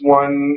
one